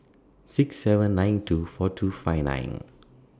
six seven nine two four two five nine